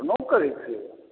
अपनो करै छियै